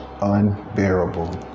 unbearable